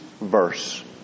verse